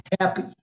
happy